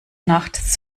nacht